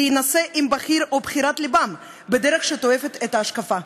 להינשא עם בחיר או בחירת לבנו בדרך שתואמת את ההשקפה.